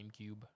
GameCube